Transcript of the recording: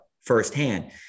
firsthand